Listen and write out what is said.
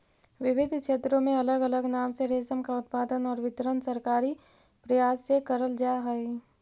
विविध क्षेत्रों में अलग अलग नाम से रेशम का उत्पादन और वितरण सरकारी प्रयास से करल जा हई